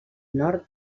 nord